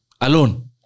Alone